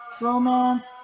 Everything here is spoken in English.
romance